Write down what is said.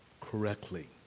correctly